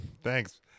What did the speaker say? Thanks